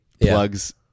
plugs